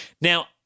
Now